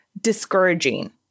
discouraging